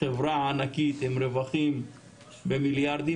חברה ענקית עם רווחים במיליארדים,